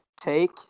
take